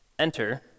enter